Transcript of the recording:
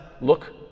look